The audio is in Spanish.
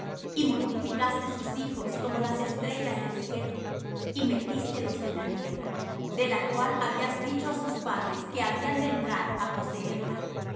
y multiplicaste sus hijos como las estrellas del cielo y metístelos en la tierra de la cual habías dicho á sus padres que habían de entrar á poseerla